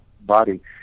body